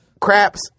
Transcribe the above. Craps